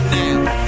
now